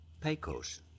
Pecos